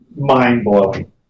mind-blowing